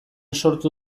sortu